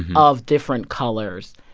of different colors,